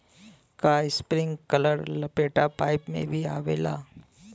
का इस्प्रिंकलर लपेटा पाइप में भी आवेला?